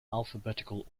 alphabetical